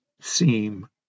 seem